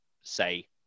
say